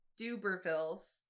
Dubervilles